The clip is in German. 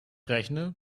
rechne